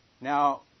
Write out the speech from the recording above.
Now